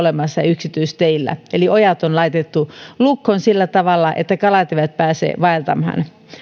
yksityisteillä eli ojat on laitettu lukkoon sillä tavalla että kalat eivät pääse vaeltamaan